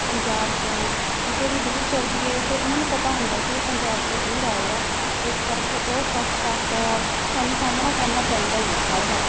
ਪੰਜਾਬ ਤੋਂ ਕਿਤੇ ਵੀ ਦੂਰ ਚਲੇ ਜਾਈਏ ਫਿਰ ਉਹਨਾਂ ਨੂੰ ਪਤਾ ਹੁੰਦਾ ਕੀ ਇਹ ਪੰਜਾਬ ਤੋਂ ਦੂਰ ਆਏ ਆ ਇਸ ਕਰਕੇ ਉਹ ਪੱਖਪਾਤ ਦਾ ਸਾਨੂੰ ਸਾਹਮਣਾ ਕਰਨਾ ਪੈਂਦਾ ਹੀ ਆ ਹਰ ਵਾਰ